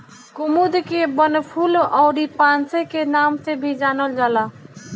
कुमुद के वनफूल अउरी पांसे के नाम से भी जानल जाला